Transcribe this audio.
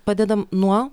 padedam nuo